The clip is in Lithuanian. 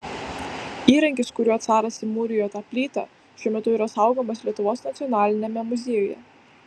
įrankis kuriuo caras įmūrijo tą plytą šiuo metu yra saugomas lietuvos nacionaliniame muziejuje